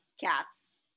cats